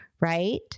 right